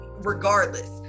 Regardless